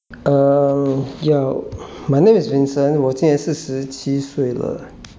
um yeah my name is vincent 我今年四十七岁了